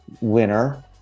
winner